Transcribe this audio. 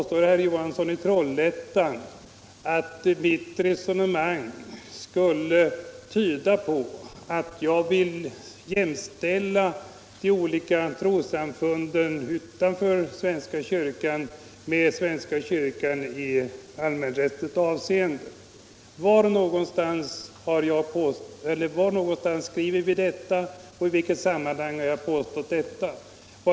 Herr Johansson i Trollhättan säger att mitt resonemang tyder på att — Nr 24 jag vill jämställa de olika trossamfunden utanför svenska kyrkan med Onsdagen den svenska kyrkan i allmänrättsligt avseende. Var skriver vi detta och i 19 november 1975 vilket sammanhang har jag påstått detta?